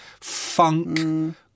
funk